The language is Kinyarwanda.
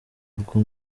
bwo